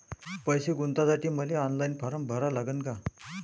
पैसे गुंतवासाठी मले ऑनलाईन फारम भरा लागन का?